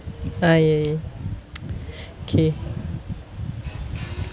uh ya ya okay